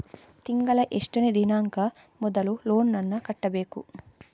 ತಿಂಗಳ ಎಷ್ಟನೇ ದಿನಾಂಕ ಮೊದಲು ಲೋನ್ ನನ್ನ ಕಟ್ಟಬೇಕು?